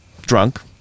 drunk